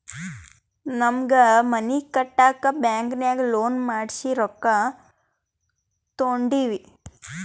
ನಮ್ಮ್ಗ್ ಮನಿ ಕಟ್ಟಾಕ್ ಬ್ಯಾಂಕಿನಾಗ ಲೋನ್ ಮಾಡ್ಸಿ ರೊಕ್ಕಾ ತೊಂಡಿವಿ